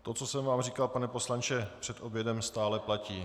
To, co jsem vám říkal, pane poslanče, před obědem, stále platí.